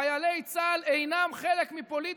חיילי צה"ל אינם חלק מפוליטיקה.